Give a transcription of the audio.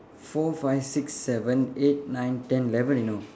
four fix six seven eight nine ten eleven you know